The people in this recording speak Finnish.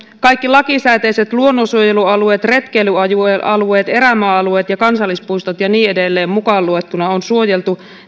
kaikki lakisääteiset luonnonsuojelualueet retkeilyalueet erämaa alueet kansallispuistot ja niin edelleen mukaan luettuna on suojeltu